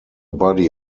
body